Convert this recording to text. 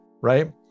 right